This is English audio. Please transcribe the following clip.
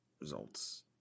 results